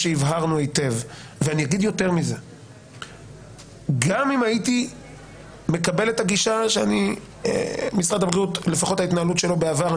גם אם הייתי מקבל את הגישה של משרד הבריאות בעבר,